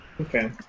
Okay